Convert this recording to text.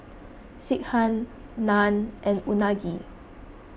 Sekihan Naan and Unagi